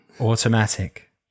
Automatic